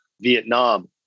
Vietnam